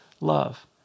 love